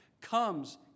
Comes